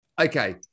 okay